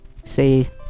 say